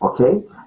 okay